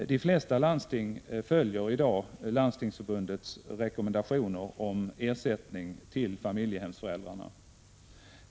De flesta landsting följer i dag Landstingsförbundets rekommendationer om ersättning till familjehemsföräldrar.